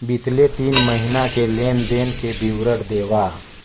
बितले तीन महीना के लेन देन के विवरण देवा?